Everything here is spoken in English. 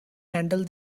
handle